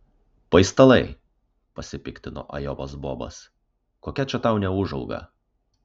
paistalai pasipiktino ajovos bobas kokia čia tau neūžauga